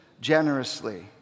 generously